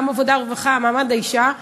עבודה ורווחה ומעמד האישה.